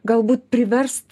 galbūt priverst